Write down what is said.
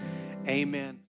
Amen